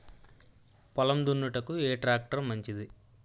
పొలం దున్నుటకు ఏ ట్రాక్టర్ మంచిది?